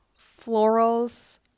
Florals